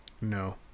No